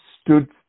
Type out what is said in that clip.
stood